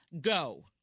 go